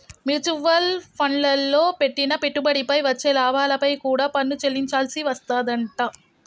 mutual ఫండ్లల్లో పెట్టిన పెట్టుబడిపై వచ్చే లాభాలపై కూడా పన్ను చెల్లించాల్సి వస్తాదంట